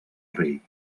rei